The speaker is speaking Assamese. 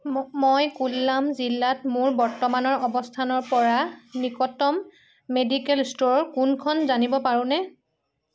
মই কোল্লাম জিলাত মোৰ বৰ্তমানৰ অৱস্থানৰ পৰা নিকটতম মেডিকেল ষ্ট'ৰ কোনখন জানিব পাৰোনে